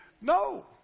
no